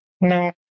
No